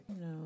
no